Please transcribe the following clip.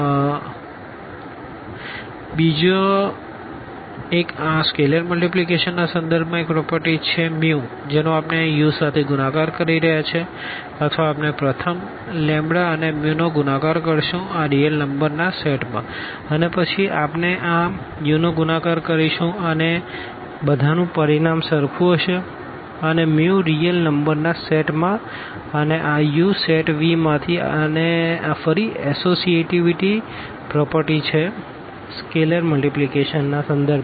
u u0 બીજો એક આ આ સ્કેલેર મલ્ટીપ્લીકેશનના સંદર્ભમાં એક પ્રોપરટીછે જેનું આપણે અહીં u સાથે ગુણાકાર કરી રહ્યા છીએ અથવા આપણે પ્રથમ અને mu નો ગુણાકાર કરશું આ રીઅલ નંબર ના સેટ માં અને પછી આપણે આ u નો ગુણાકાર કરીશું અને બધા નું પરિણામ સરખું હશે અને રીઅલ નંબર ના સેટ માં અને આ u સેટ V માં થી અને આ ફરી એસોસિએટીવીટી પ્રોપર્ટી છે સ્કેલેર મલ્ટીપ્લીકેશનના સંદર્ભમાં